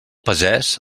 pagès